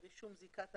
רישום זיקת הנאה.